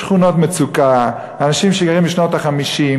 שכונות מצוקה, אנשים שגרים בדירות משנות ה-50.